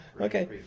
Okay